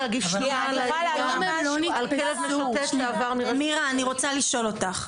מירה אני רוצה לשאול אותך,